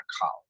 College